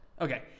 Okay